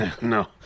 no